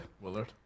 willard